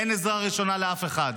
אין עזרה ראשונה לאף אחד,